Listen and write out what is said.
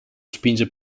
spinge